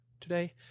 today